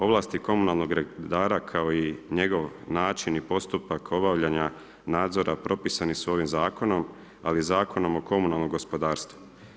Ovlasti komunalnog reda kao i njegov način i postupak obavljanja nadzora propisani su ovim Zakonom, ali Zakonom o komunalnom gospodarstvu.